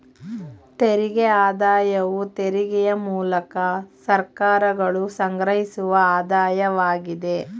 ತೆರಿಗೆ ಆದಾಯವು ತೆರಿಗೆಯ ಮೂಲಕ ಸರ್ಕಾರಗಳು ಸಂಗ್ರಹಿಸುವ ಆದಾಯವಾಗಿದೆ